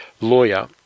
lawyer